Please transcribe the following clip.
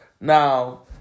Now